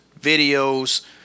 videos